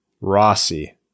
Rossi